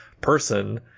person